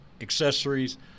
accessories